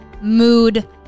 mood